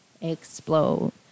explode